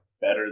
better